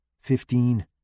Fifteen